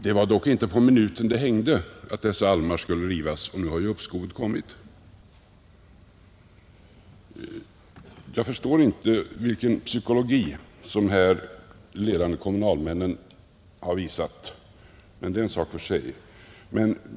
Det var dock inte på minuten det hängde att dessa almar skulle fällas — och nu har ju uppskovet kommit. Jag förstår inte vilken psykologi de ledande kommunalmännen här har visat, men det är en sak för sig.